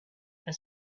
for